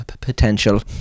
potential